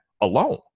alone